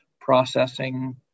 processing